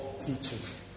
teachers